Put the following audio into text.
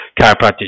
chiropractic